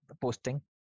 posting